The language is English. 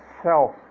self